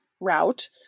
route